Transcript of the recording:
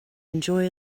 enjoy